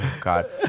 God